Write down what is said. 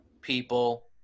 people